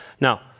Now